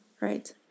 right